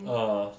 ah